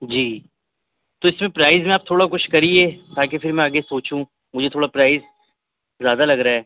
جی تو اِس میں پرائز میں آپ تھوڑا کچھ کرئیے تاکہ پھر میں آگے سوچوں مجھے تھوڑا پرائز زیادہ لگ رہا ہے